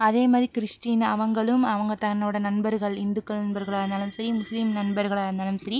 அதே மாதிரி கிறிஸ்டின் அவர்களும் அவங்க தன்னோடய நண்பர்கள் இந்துக்கள் நண்பர்களாகருந்தாலும் சரி முஸ்லீம் நண்பர்களாகருந்தாலும் சரி